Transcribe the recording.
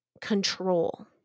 control